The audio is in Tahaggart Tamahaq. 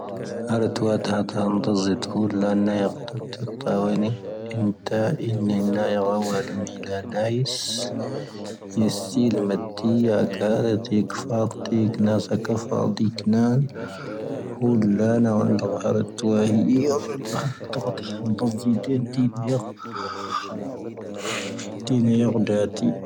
ⴰⵔⵉⵜⵡⴰⴷ ⵀⴰⵜⴰ ⴰⵏⵣⵉⴷ, ⴳⵓⴷⵍⴰ ⵏⴰⵢⵔⵜⴰ ⵜⵉⵢⴰⵜⴰⵡⵉⵏⵉ, ⵉⵏⵜⴰ ⵉⵏⵏⴰ ⵏⴰⵢⵔⴰⵡⴰⴷ ⵎⵉⵍⴰ ⵏⴰⵉⵙ,. ⵢⴰⵙⵉⵍ ⵎⴰⴷⴷⵉ ⵢⴰ ⴳⴰⵔⴻ ⵜⵉⵢⴰⴽⴼⴰⵔⵜⵉ, ⴳⵏⴰⵣⴰ ⴽⴰⴼⴰⵔⴷⵉ, ⴳⵏⴰⵣ, ⴳⵓⴷⵍⴰ ⵏⴰⵡⴰⵏⴷⵔⴰ ⴰⵔⵉⵜⵡⴰⵀⵉ,. ⵢⴰⴷⵏⴰ ⴰⵏⵣⵉⴷⵉⵏ ⵜⵉⵢⴰⵔ, ⵜⵉⵢⴰⵏⴰⵢⵔ ⴷⴰⵜⵉ.